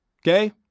Okay